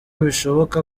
bishoboka